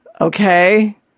Okay